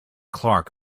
clark